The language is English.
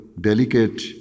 delicate